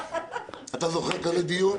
אתה זוכר כזה דיון?